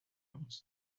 coast